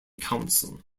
council